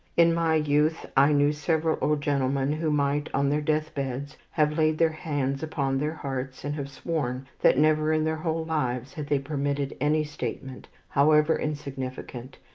in my youth i knew several old gentlemen who might, on their death-beds, have laid their hands upon their hearts, and have sworn that never in their whole lives had they permitted any statement, however insignificant,